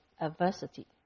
adversity